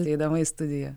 ateidama į studiją